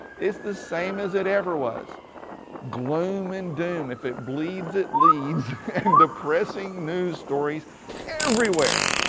it's the same as it ever was gloom, and doom, if it bleeds it leads, and depressing news stories everywhere.